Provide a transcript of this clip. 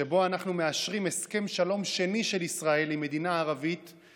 שבו אנחנו מאשרים הסכם שלום שני של ישראל עם מדינה ערבית,